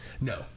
no